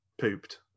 pooped